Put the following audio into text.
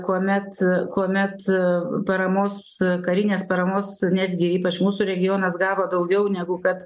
kuomet kuomet paramos karinės paramos netgi ypač mūsų regionas gavo daugiau negu kad